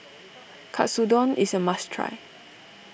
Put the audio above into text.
Katsudon is a must try